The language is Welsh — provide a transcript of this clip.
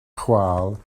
chwâl